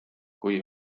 kui